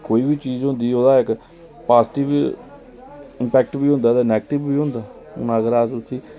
कोई बी चीज होंदी ऐ ते ओहेदा इक पॉज़टिव इम्पैक्ट बी होंदा ते नैगिटिव बी हुन अगर अस उसी